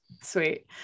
Sweet